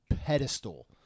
pedestal